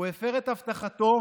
הוא הפר את הבטחתו,